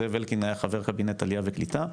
זאב אלקין היה חבר קבינט עלייה וקליטה,